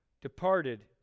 departed